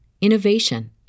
innovation